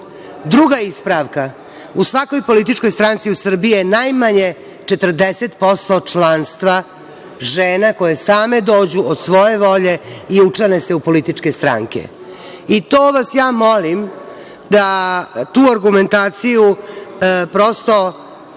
ispravka, u svakoj političkoj stranci u Srbiji je najmanje 40% članstva žena koje same dođu od svoje volje i učlane se u političke stranke. To vas ja molim, da tu argumentaciju prosto